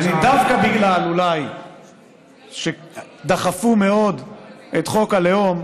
אבל אולי דווקא בגלל שדחפו מאוד את חוק הלאום,